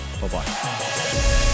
Bye-bye